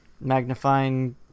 Magnifying –